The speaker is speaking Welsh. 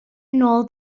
nôl